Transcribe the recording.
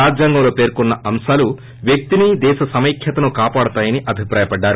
రాజ్యాంగంలో పేర్కొన్న అంశాలు వ్యక్తిని దేశ సమైక్యతను కాపాడతాయని అభిప్రాయపడ్డారు